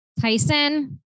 Tyson